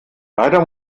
leider